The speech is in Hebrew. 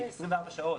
24 שעות